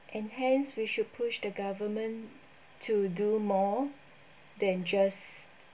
and hence we should push the government to do more than just